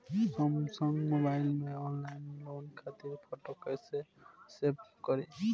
Samsung mobile में online loan खातिर photo कैसे सेभ करीं?